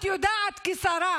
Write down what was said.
את יודעת כשרה